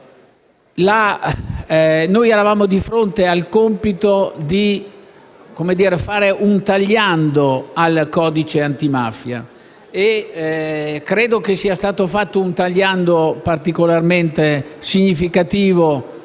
Noi eravamo di fronte al compito di fare un tagliando al codice antimafia e credo che ne sia stato fatto uno particolarmente significativo